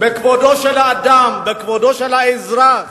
בכבודו של האדם, בכבודו של האזרח.